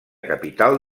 capital